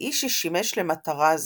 האמצעי ששימש למטרה זו.